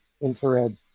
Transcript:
infrared